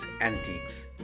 antiques